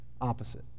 opposite